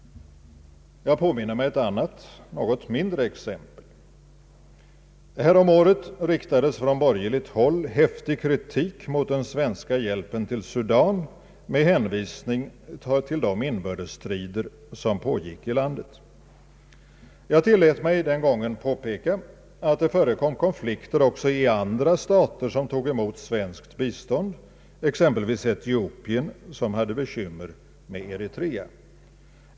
Jag påminner mig ett annat, något mindre exempel. Härom året riktades från borgerligt håll häftig kritik mot den svenska hjälpen till Sudan med hänvisning till de inbördesstrider som pågick i landet. Jag tillät mig den gången påpeka att det förekom konflikter också i andra stater som tog emot svenskt bistånd, exempelvis Etiopien, som hade bekymmer med Eritrea.